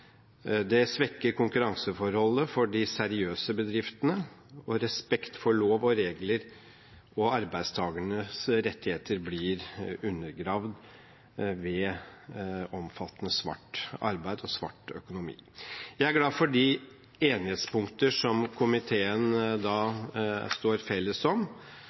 Det svekker konkurranseforholdet for de seriøse bedriftene, og respekt for lov og regler og arbeidstakernes rettigheter blir undergravd ved omfattende svart arbeid og svart økonomi. Jeg er glad for de enighetspunkter som komiteen står felles om.